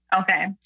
Okay